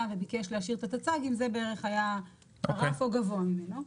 וביקש להשאיר את הטצ"גים זה בערך היה הרף או גבוה ממנו.